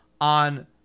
on